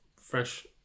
fresh